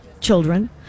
children